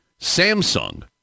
Samsung